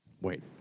wait